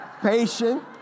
patient